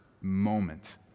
moment